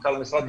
מנכ"ל המשרד,